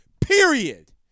period